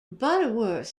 butterworth